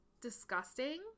disgusting